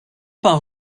par